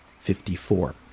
54